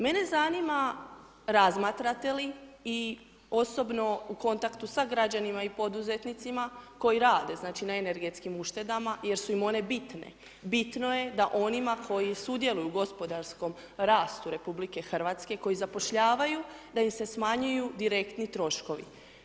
Mene zanima razmatrate li i osobne u kontaktu sa građanima i poduzetnicima koji rade na energetskim uštedama jer su im one bitne, bitno je da onima koji sudjeluju u gospodarskom rastu RH, koji zapošljavaju, da im se smanjuju direktni troškovi.